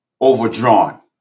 overdrawn